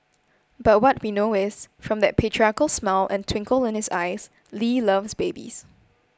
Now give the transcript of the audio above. but what we know is from that patriarchal smile and twinkle in his eyes Lee loves babies